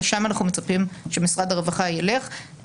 לשם אנחנו מצפים שמשרד הרווחה ילך.